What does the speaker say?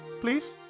please